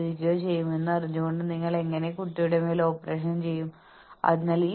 performance സിസ്റ്റങ്ങൾക്കുള്ള ശമ്പളത്തിന്റെ ചില വെല്ലുവിളികൾ നിങ്ങൾക്ക് പണം ലഭിക്കുന്നത് മാത്രം ചെയ്യുക സിൻഡ്രോം ആണ്